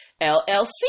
LLC